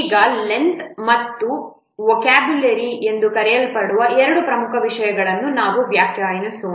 ಈಗ ಲೆಂಥ್length ಮತ್ತು ವೊಕ್ಯಾಬ್ಯುಲರಿ ಎಂದು ಕರೆಯಲ್ಪಡುವ ಎರಡು ಪ್ರಮುಖ ವಿಷಯಗಳನ್ನು ನಾವು ವ್ಯಾಖ್ಯಾನಿಸೋಣ